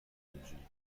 اینجوریه